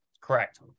correct